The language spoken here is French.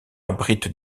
abrite